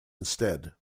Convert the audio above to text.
instead